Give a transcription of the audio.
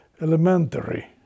elementary